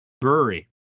brewery